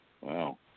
Wow